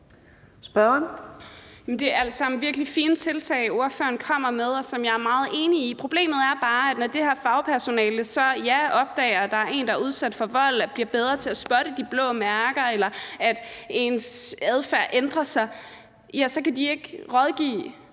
sammen virkelig fine tiltag, ordføreren kommer med, og som jeg er meget enig i. Problemet er bare, at når det her fagpersonale opdager, at der er en kvinde, der er udsat for vold, og bliver bedre til at spotte de blå mærker, eller at kvindens adfærd ændrer sig, så kan de ikke rådgive